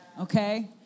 Okay